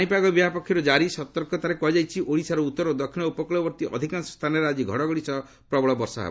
ପାଣିପାଗ ବିଭାଗ ପକ୍ଷରୁ ଜାରି ସତର୍କତାରେ କୁହାଯାଇଛି ଓଡ଼ିଶାର ଉତ୍ତର ଓ ଦକ୍ଷିଣ ଉପକ୍ରଳବର୍ତ୍ତୀ ଅଧିକାଂଶ ସ୍ଥାନରେ ଆଜି ଘଡ଼ଘଡ଼ି ସହ ପ୍ରବଳ ବର୍ଷା ହେବ